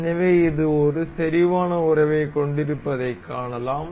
எனவே இது ஒரு செறிவான உறவைக் கொண்டிருப்பதைக் காணலாம்